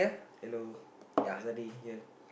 hello Azadi here